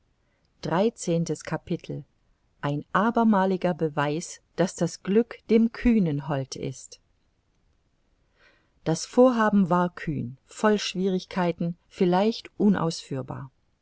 ein abermaliger beweis daß das glück dem kühnen hold ist das vorhaben war kühn voll schwierigkeiten vielleicht unausführbar